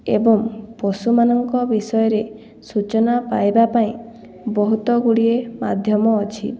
ଏବଂ ପଶୁମାନଙ୍କ ବିଷୟରେ ସୂଚନା ପାଇବା ପାଇଁ ବହୁତ ଗୁଡ଼ିଏ ମାଧ୍ୟମ ଅଛି